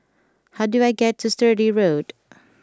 how do I get to Sturdee Road